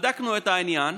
בדקנו את העניין.